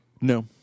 No